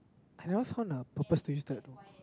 I never found a purpose twisted though